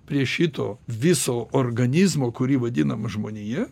prie šito viso organizmo kurį vadinam žmonija